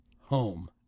home